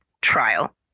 trial